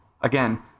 again